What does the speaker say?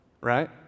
right